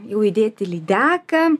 jau įdėti lydeką